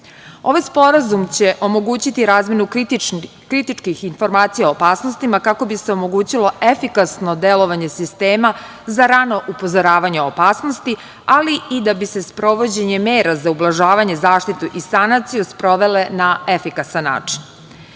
sporazum će omogućiti razmenu kritičkih informacija o opasnostima kako bi se omogućilo efikasno delovanje sistema za rano upozoravanje na opasnosti, ali i da bi se sprovođenje mera za ublažavanje, zaštitu i sanaciju sprovele na efikasan